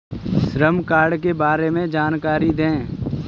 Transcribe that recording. श्रम कार्ड के बारे में जानकारी दें?